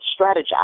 strategize